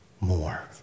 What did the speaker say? more